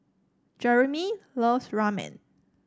Jeremy loves Ramen